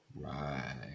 Right